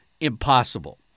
impossible